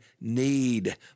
need